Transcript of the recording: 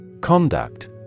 Conduct